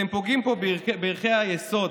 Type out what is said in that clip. אתם פוגעים פה בערכי היסוד,